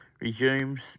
Resumes